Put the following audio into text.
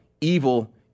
evil